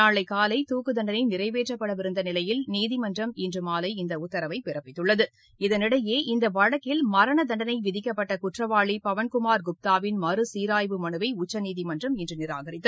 நாளை காலை துக்குத்தன்டனை நிறைவேற்றப்படவிருந்த நிலையில் நீதிமன்றம் இன்று மாலை இந்த உத்தரவை பிறப்பித்துள்ளது இதனிடையே இந்த வழக்கில் மரண தண்டனை விதிக்கப்பட்ட குற்றவாளி பவன்குமார் குப்தாவின் மறு சீராய்வு மனுவை உச்சநீதிமன்றம் இன்று நிராகித்து